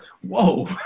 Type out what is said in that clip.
whoa